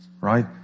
Right